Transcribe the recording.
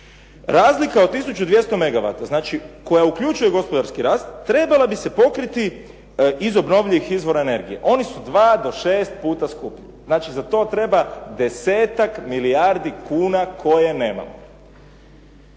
Razlika od tisuću 200 megawata koja uključuje gospodarski rast, trebala bi se pokriti iz obnovljivih izvora energije. Oni su dva do šest puta skuplji. Znači za to treba desetak milijardi kuna koje nemamo.